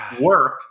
work